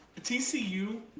TCU